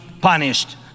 punished